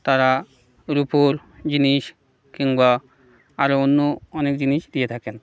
তারা রুপোর জিনিস কিংবা আরও অন্য অনেক জিনিস দিয়ে থাকেন